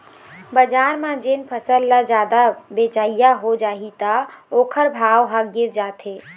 बजार म जेन फसल ल जादा बेचइया हो जाही त ओखर भाव ह गिर जाथे